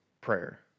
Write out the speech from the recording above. prayer